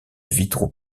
vitraux